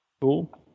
cool